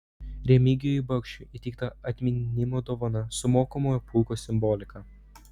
remigijui bakšiui įteikta atminimo dovana su mokomojo pulko simbolika